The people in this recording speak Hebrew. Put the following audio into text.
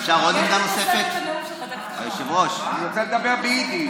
יש לי, אני רוצה לדבר ביידיש.